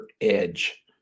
edge